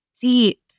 deep